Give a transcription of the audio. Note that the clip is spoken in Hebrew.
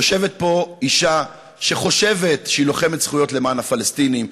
יושבת פה אישה שחושבת שהיא לוחמת זכויות למען הפלסטינים,